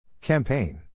Campaign